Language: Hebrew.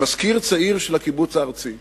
מזכיר צעיר של הקיבוץ הארצי.